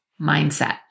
mindset